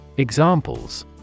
Examples